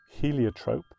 Heliotrope